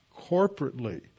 corporately